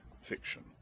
fiction